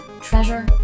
Treasure